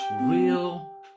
real